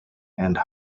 and